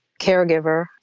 caregiver